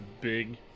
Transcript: big